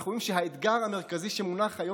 אנחנו רואים שהאתגר המרכזי שמונח היום